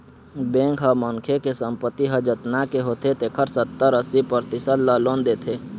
bank ह मनखे के संपत्ति ह जतना के होथे तेखर सत्तर, अस्सी परतिसत ल लोन देथे